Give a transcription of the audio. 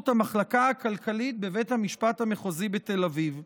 המחלקה הכלכלית בבית המשפט המחוזי בתל אביב.